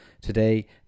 Today